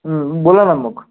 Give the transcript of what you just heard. बोला ना मग